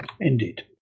Indeed